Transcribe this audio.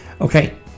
Okay